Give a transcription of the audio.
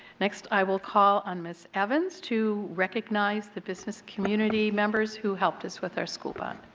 next i will call on mrs. evans to recognize the business community members who helped us with our school bond.